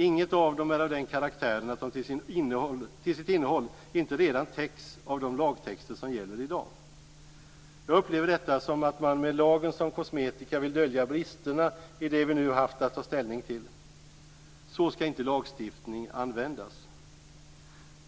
Inget av dem är av den karaktären att de till sitt innehåll inte redan täcks av de lagtexter som gäller i dag. Jag upplever detta som att man med lagen som kosmetika vill dölja bristerna i det som vi nu har haft att ta ställning till. Så skall inte lagstiftning användas.